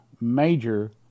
major